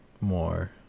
more